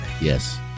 Yes